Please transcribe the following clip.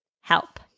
help